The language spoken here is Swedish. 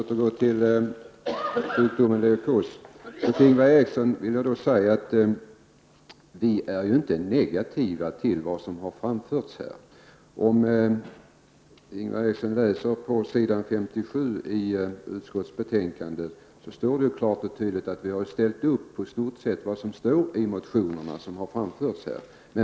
Fru talman! Jag återgår till sjukdomen leukos. Vi är inte negativa till det som har framförts här, i utskottsbetänkandet finner han att det står klart och tydligt att vi i stort sett har ställt upp på det som står i de motioner som har framförts här.